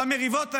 במריבות האלה,